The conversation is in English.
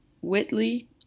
Whitley